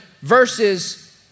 verses